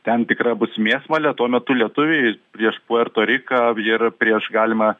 ten tikra bus mėsmalė tuo metu lietuviai prieš puerto riką ir prieš galimą